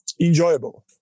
enjoyable